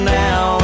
now